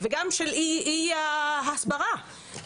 וגם ללא SLA זאת אומרת